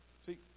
See